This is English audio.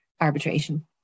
arbitration